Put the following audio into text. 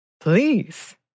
please